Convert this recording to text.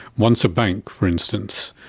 once a bank, for instance,